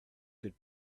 good